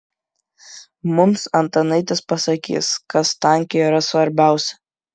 mums antanaitis pasakys kas tanke yra svarbiausia